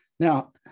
Now